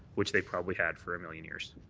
which they probably had for a million years.